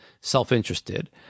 self-interested